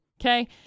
Okay